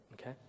Okay